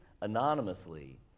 anonymously